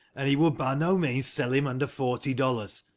and he would by no means sell him under forty dollars.